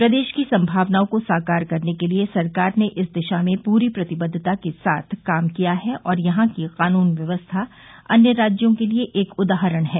प्रदेश की संभावनाओं को साकार करने के लिये सरकार ने इस दिशा में पूरी प्रतिबद्वता के साथ कार्य किया है और यहां की कानून व्यवस्था अन्य राज्यों के लिये एक उदाहरण है